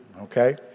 okay